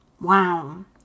wow